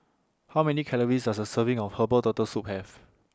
How Many Calories Does A Serving of Herbal Turtle Soup Have